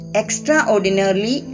extraordinarily